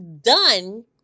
done